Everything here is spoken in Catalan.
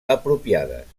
apropiades